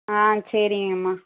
ஆ சரிங்கம்மா